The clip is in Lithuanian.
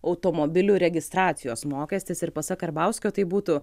automobilių registracijos mokestis ir pasak karbauskio tai būtų